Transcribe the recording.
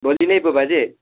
भोलि नै पो बाजे